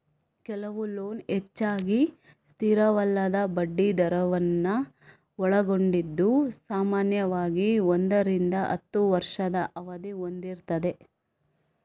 ಕೆಲವು ಲೋನ್ ಹೆಚ್ಚಾಗಿ ಸ್ಥಿರವಲ್ಲದ ಬಡ್ಡಿ ದರವನ್ನ ಒಳಗೊಂಡಿದ್ದು ಸಾಮಾನ್ಯವಾಗಿ ಒಂದರಿಂದ ಹತ್ತು ವರ್ಷದ ಅವಧಿ ಹೊಂದಿರ್ತದೆ